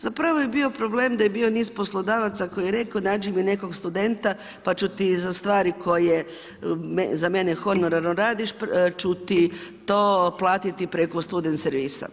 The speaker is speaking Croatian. Zapravo je bio problem da je bilo niz poslodavaca koji je rekao nađi mi nekog studenta pa ću ti za stvari koje za mene honorarno radiš ću ti to platiti preko student servisa.